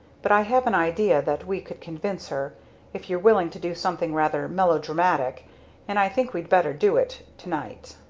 but i have an idea that we could convince her if you're willing to do something rather melodramatic and i think we'd better do it to-night!